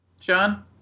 Sean